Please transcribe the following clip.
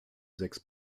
sechs